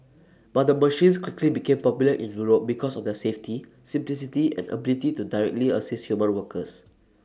but the machines quickly became popular in Europe because of their safety simplicity and ability to directly assist human workers